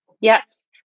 Yes